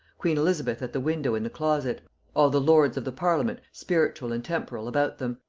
queen elizabeth at the window in the closet all the lords of the parliament spiritual and temporal about them,